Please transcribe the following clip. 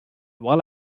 while